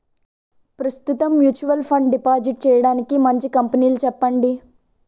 ప్రస్తుతం mutual fund deposit చేయడానికి మంచి కంపెనీలు చెప్పండి